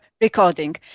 recording